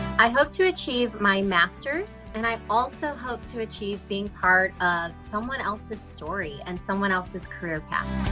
i hope to achieve my masters and i also hope to achieve being part of someone else's story and someone else's career path.